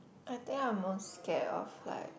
I think I most scared of like